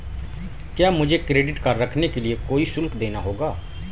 क्या मुझे credit card रखने के लिए कोई शुल्क देना होगा?